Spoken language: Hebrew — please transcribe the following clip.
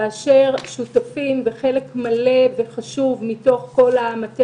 כאשר שותפים בחלק מלא וחשוב מתוך כל המטה